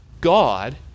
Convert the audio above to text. God